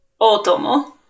Otomo